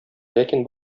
ләкин